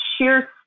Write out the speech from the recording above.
sheer